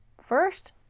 first